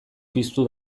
piztu